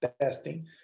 testing